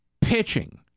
pitching